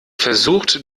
versucht